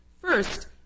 First